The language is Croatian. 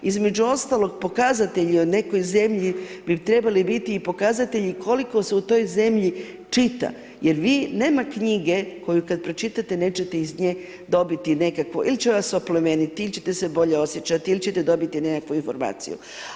Između ostalog pokazatelji o nekoj zemlji bi trebali biti i pokazatelji koliko se u toj zemlji čita, jer vi, nema knjige koju kad pročitate nećete iz nje dobiti nekakvu, il će vas oplemeniti, il ćete se bolje osjećati, il ćete dobiti nekakvu informaciju.